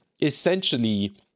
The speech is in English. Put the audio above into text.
essentially